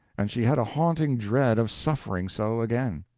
and she had a haunting dread of suffering so again.